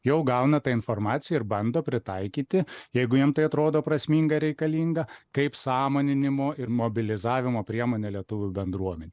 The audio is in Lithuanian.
jau gauna tą informaciją ir bando pritaikyti jeigu jiem tai atrodo prasminga reikalinga kaip sąmoninimo ir mobilizavimo priemonę lietuvių bendruomenei